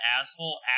asshole